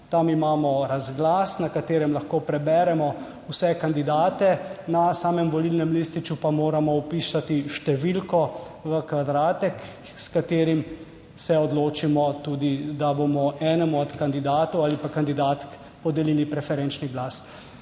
Tam imamo razglas, na katerem lahko preberemo vse kandidate, na samem volilnem lističu pa moramo vpisati številko v kvadratek, s katerim se odločimo tudi, da bomo enemu od kandidatov ali pa kandidatk podelili preferenčni glas.